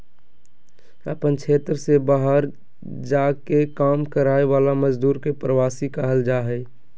अपन क्षेत्र से बहार जा के काम कराय वाला मजदुर के प्रवासी कहल जा हइ